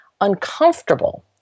uncomfortable